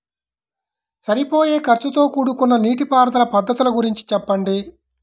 సరిపోయే ఖర్చుతో కూడుకున్న నీటిపారుదల పద్ధతుల గురించి చెప్పండి?